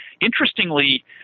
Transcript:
interestingly